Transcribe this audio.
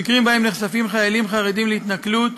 במקרים שבהם נחשפים חיילים חרדים להתנכלות,